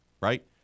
Right